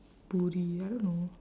poori I don't know